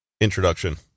Introduction